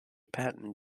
patton